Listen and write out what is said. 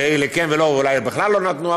לאלה כן ולאלה אולי בכלל לא נתנו,